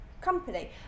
company